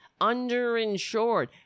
underinsured